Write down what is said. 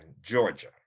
Georgia